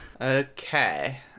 Okay